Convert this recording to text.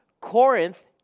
Corinth